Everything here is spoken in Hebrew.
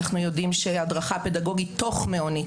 אנחנו יודעים שהדרכה פדגוגית תוך מעונית,